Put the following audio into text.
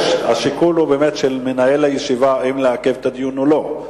השיקול הוא באמת של מנהל הישיבה אם לעכב את הדיון או לא.